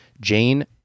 Jane